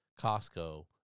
Costco